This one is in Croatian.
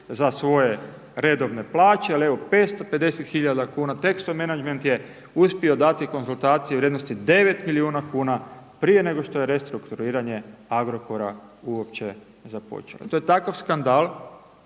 za svoje redovne plaće, ali evo 550 hiljada kuna, Texo Menagment je uspio dati konzultacije u vrijednosti 9 milijuna kuna prije nego što je restrukturiranje Agrokora uopće započeo. To je takav skandal,